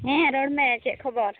ᱦᱮᱸ ᱨᱚᱲᱢᱮ ᱪᱮᱫ ᱠᱷᱚᱵᱚᱨ